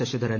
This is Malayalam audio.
ശശിധരൻ